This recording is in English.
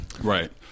Right